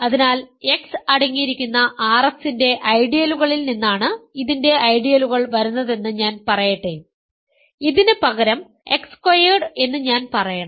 അതിനാൽ X അടങ്ങിയിരിക്കുന്ന RX ന്റെ ഐഡിയലുകളിൽ നിന്നാണ് ഇതിന്റെ ഐഡിയലുകൾ വരുന്നതെന്ന് ഞാൻ പറയട്ടെ ഇതിന് പകരം X സ്ക്വയർഡ് എന്ന് ഞാൻ പറയണം